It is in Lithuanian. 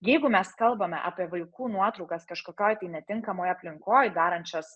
jeigu mes kalbame apie vaikų nuotraukas kažkokioj tai netinkamoj aplinkoj darančias